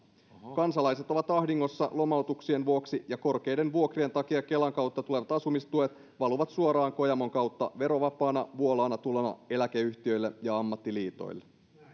kansalaiset ovat ahdingossa lomautuksien vuoksi ja korkeiden vuokrien takia kelan kautta tulevat asumistuet valuvat suoraan kojamon kautta verovapaana vuolaana tulona eläkeyhtiöille ja ammattiliitoille